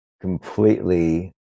completely